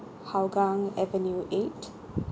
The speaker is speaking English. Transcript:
hougang avenue eight